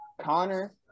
Connor